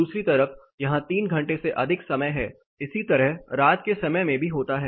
दूसरी तरफ यहां 3 घंटे से अधिक समय है इसी तरह रात के समय में भी होता है